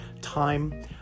time